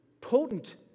potent